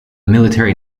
military